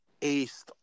aced